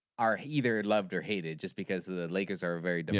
are either loved or hated just because the lakers are very yeah